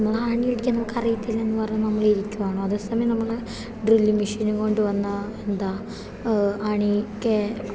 നമ്മൾ ആണിയടിക്കാൻ നമുക്കറിയത്തില്ല എന്ന് പറഞ്ഞ് നമ്മൾ ഇരിക്കുവാണോ അതേസമയം നമ്മൾ ഡ്രില്ലിങ് മെഷീന് കൊണ്ടുവന്നാൽ എന്താ ആണിക്ക്